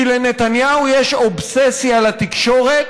כי לנתניהו יש אובססיה לתקשורת,